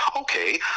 okay